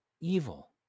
evil